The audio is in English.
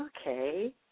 okay